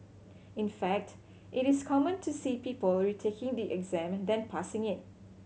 in fact it is common to see people retaking the exam than passing it